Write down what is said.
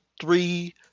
three